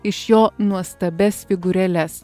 iš jo nuostabias figūrėles